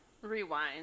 Rewind